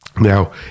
Now